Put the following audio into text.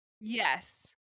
Yes